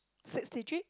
sixty three